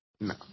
No